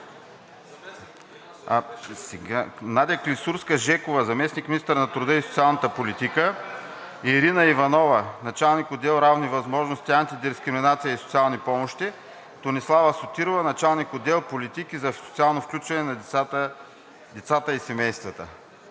Надя Клисурска-Жекова – заместник-министър на труда и социалната политика, Ирина Иванова – началник-отдел „Равни възможности, антидискриминация и социални помощи“, и Тонислава Сотирова – началник-отдел „Политики за социално включване, децата и семейството“.